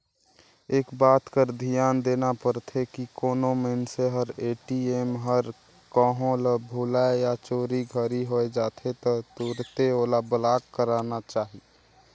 एक बात कर धियान देना परथे की कोनो मइनसे हर ए.टी.एम हर कहों ल भूलाए या चोरी घरी होए जाथे त तुरते ओला ब्लॉक कराना चाही